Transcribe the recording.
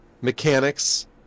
mechanics